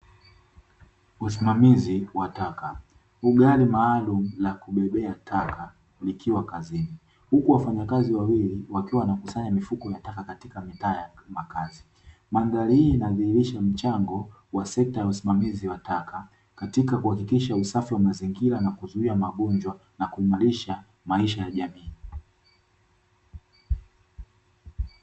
Usimamizi wa taka, gari maalumu la kubebea taka likiwa kazini, huku wafanyakazi wawili wakiwa wanakusanya mifuko ya taka katika mitaa ya makazi. Mandhari hii inadhihirisha mchango wa sekta ya usimamizi wa taka katika kuhakikisha usafi wa mazingira na kuzuia magonjwa na kuimarisha maisha ya jamii.